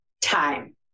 time